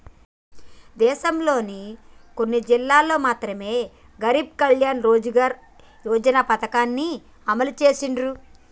దేశంలోని కొన్ని జిల్లాల్లో మాత్రమె గరీబ్ కళ్యాణ్ రోజ్గార్ యోజన పథకాన్ని అమలు చేసిర్రు